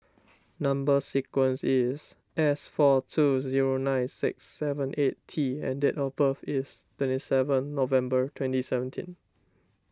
Number Sequence is S four two zero nine six seven eight T and date of birth is twenty seven November twenty seventeen